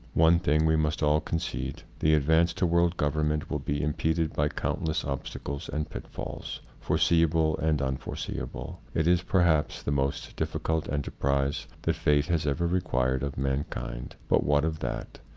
one thing we must all concede the advance to world government will be impeded by countless obstacles and pitfalls, foreseeable and unforeseeable. it is perhaps the most difficult enter prise that fate has ever required of mankind. but what of that?